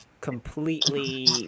completely